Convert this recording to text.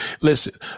listen